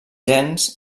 gens